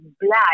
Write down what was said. blood